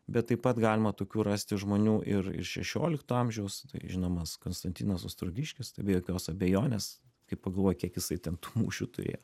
bet taip pat galima tokių rasti žmonių ir ir šešiolikto amžiaus žinomas konstantinas ostrogiškis be jokios abejonės kaip pagalvoji kiek jisai ten tų mūšių turėjo